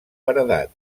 paredat